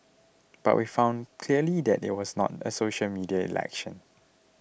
but we've found clearly that it was not a social media election